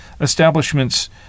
establishments